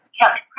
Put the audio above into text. kept